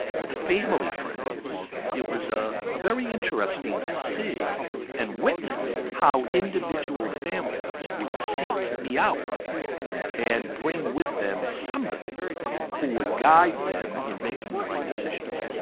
with family friends. it was ah very interesting to see and witness how individual families would seek me out and bring with them somebody who would guide them in making the right decisions.